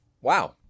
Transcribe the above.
Wow